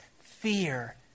fear